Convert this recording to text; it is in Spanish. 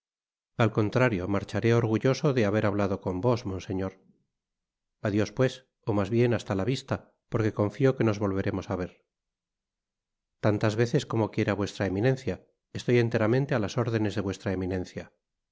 al contrario marcharé orgulloso de haber hablado con vos monseñor adios pues ó mas bien hasta la vista porque confío que nos volveremos á ver tantas veces como quiera vuestra eminencia estoy enteramente á las órdenes de vuestra eminencia